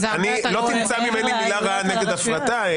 לא תמצא ממני מילה נגד הפרטה.